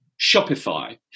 Shopify